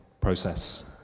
process